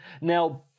Now